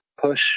push